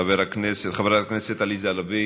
חברת הכנסת עליזה לביא